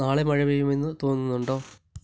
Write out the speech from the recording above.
നാളെ മഴ പെയ്യുമെന്ന് തോന്നുന്നുണ്ടോ